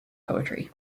poetry